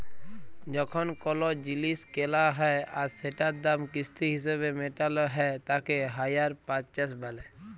যখন কোলো জিলিস কেলা হ্যয় আর সেটার দাম কিস্তি হিসেবে মেটালো হ্য়য় তাকে হাইয়ার পারচেস বলে